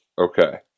Okay